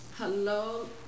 Hello